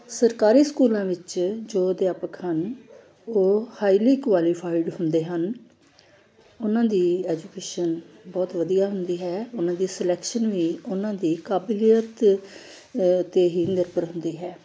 ਸਰਕਾਰੀ ਸਕੂਲਾਂ ਵਿੱਚ ਜੋ ਅਧਿਆਪਕ ਹਨ ਉਹ ਹਾਈਲੀ ਕੁਆਲੀਫਾਈਡ ਹੁੰਦੇ ਹਨ ਉਹਨਾਂ ਦੀ ਐਜੂਕੇਸ਼ਨ ਬਹੁਤ ਵਧੀਆ ਹੁੰਦੀ ਹੈ ਉਹਨਾਂ ਦੀ ਸਲੈਕਸ਼ਨ ਵੀ ਉਹਨਾਂ ਦੀ ਕਾਬਲੀਅਤ 'ਤੇ ਹੀ ਨਿਰਭਰ ਹੁੰਦੀ ਹੈ